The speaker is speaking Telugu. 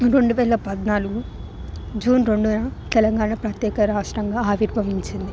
రెండువేల పద్నాలుగు జూన్ రెండువేల తెలంగాణ ప్రత్యేక రాష్ట్రంగా ఆవిర్భవించింది